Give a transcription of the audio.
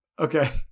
Okay